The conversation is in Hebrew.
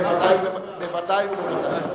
בוודאי ובוודאי.